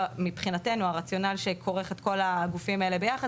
מבחינתנו הרציונל שכורך את כל הגופים האלה ביחד